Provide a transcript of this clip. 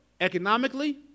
economically